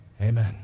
Amen